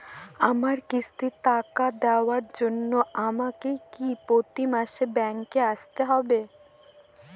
আমার কিস্তির টাকা দেওয়ার জন্য আমাকে কি প্রতি মাসে ব্যাংক আসতে হব?